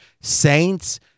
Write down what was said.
Saints